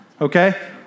okay